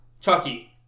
Chucky